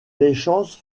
échanges